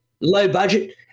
low-budget